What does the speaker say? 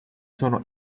sono